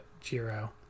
Jiro